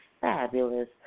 fabulous